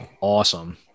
awesome